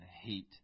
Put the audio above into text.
hate